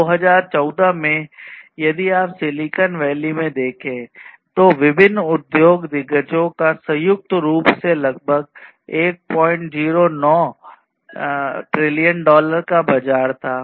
2014 में यदि आप सिलिकन वैली में देखें तो विभिन्न उद्योग दिग्गजों का संयुक्त रूप से लगभग 109 ट्रिलियन डॉलर का बाजार था